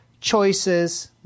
choices